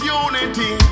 unity